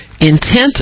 intent